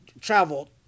travel